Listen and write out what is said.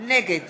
נגד